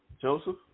Joseph